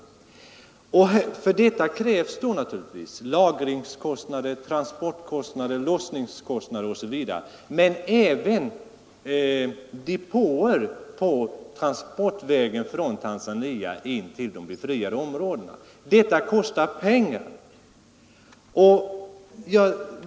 Detta medför naturligtvis lagringskostnader, transportkostnader, lossningskostnader osv., men det kräver även depåer på transportvägen från Tanzania in till de befriade områdena. Detta kostar pengar.